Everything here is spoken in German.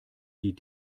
die